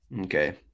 Okay